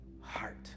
heart